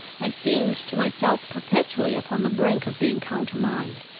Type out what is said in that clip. i seemed to myself perpetually upon the brink of being countermined,